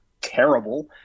terrible